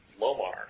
Lomar